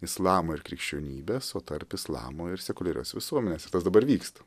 islamo ir krikščionybės o tarp islamo ir sekuliarios visuomenės ir tas dabar vyksta